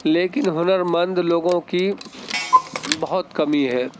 لیکن ہنرمند لوگوں کی بہت کمی ہے